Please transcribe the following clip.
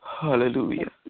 Hallelujah